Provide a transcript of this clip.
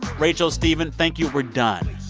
rachel, stephen, thank you. we're done.